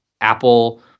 Apple